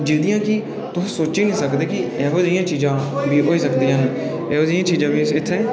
जेह्दे कि तुस सोची निं सकदे इ'यै जेहियां चीज़ां बी होई सकदियां जेहियां चीज़ां बी इत्थें